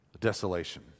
desolation